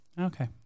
Okay